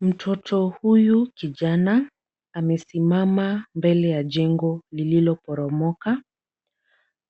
Mtoto huyu kijana amesimama mbele ya jengo lililoporomoka.